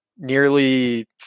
nearly